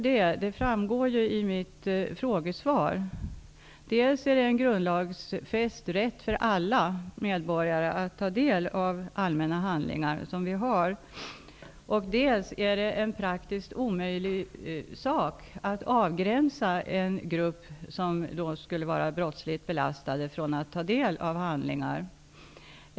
Det framgår av mitt frågesvar dels att det är en grundlagsfäst rätt för alla medborgare att ta del av allmänna handlingar, dels att det är praktiskt omöjligt att avgränsa en grupp personer som skulle vara brottsligt belastade från möjligheten att ta del av handlingar.